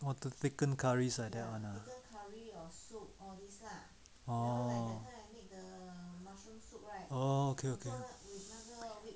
orh to thicken curries ah orh oh okay okay